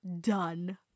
done